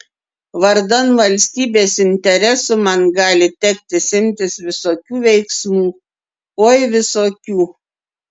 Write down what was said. vardan valstybės interesų man gali tekti imtis visokių veiksmų oi visokių